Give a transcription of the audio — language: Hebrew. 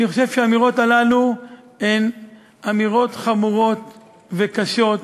אני חושב שהאמירות הללו הן אמירות חמורות וקשות,